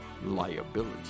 liability